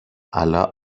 αλλά